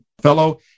fellow